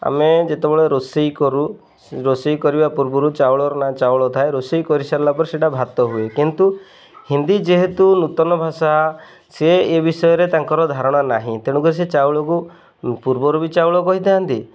ଆମେ ଯେତେବେଳେ ରୋଷେଇ କରୁ ରୋଷେଇ କରିବା ପୂର୍ବରୁ ଚାଉଳର ନା ଚାଉଳ ଥାଏ ରୋଷେଇ କରିସାରିଲା ପରେ ସେଇଟା ଭାତ ହୁଏ କିନ୍ତୁ ହିନ୍ଦୀ ଯେହେତୁ ନୂତନ ଭାଷା ସିଏ ଏ ବିଷୟରେ ତାଙ୍କର ଧାରଣା ନାହିଁ ତେଣୁକରି ସେ ଚାଉଳକୁ ପୂର୍ବରୁ ବି ଚାଉଳ କହିଥାନ୍ତି